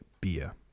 Beer